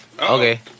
Okay